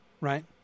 right